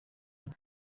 loni